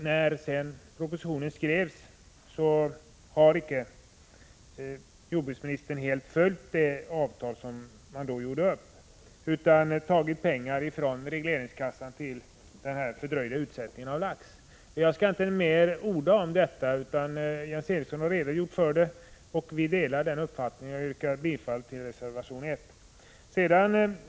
När sedan propositionen skrevs har jordbruksministern inte helt följt detta avtal utan föreslagit att pengar skall tas från regleringskassan för försöksverksamheten med fördröjd utsättning av lax. Jag skall inte orda mer om detta, eftersom Jens Eriksson har redogjort för det och vi delar hans uppfattning. Jag yrkar bifall till reservation 1.